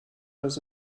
das